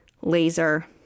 Laser